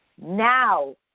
Now